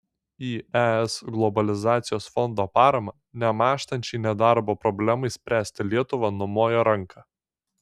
į es globalizacijos fondo paramą nemąžtančiai nedarbo problemai spręsti lietuva numojo ranka